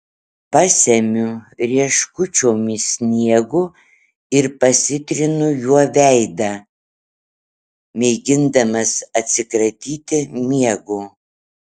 pasemiu rieškučiomis sniego ir pasitrinu juo veidą mėgindamas atsikratyti miego